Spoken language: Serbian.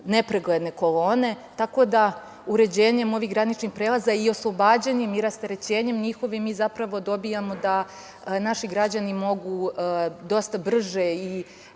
nepregledne kolone, tako da uređenjem ovih graničnih prelaza i oslobađanjem i rasterećenjem njihovim mi zapravo dobijamo da naši građani mogu dosta brže i